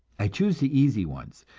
i choose the easy ones,